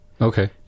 Okay